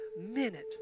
minute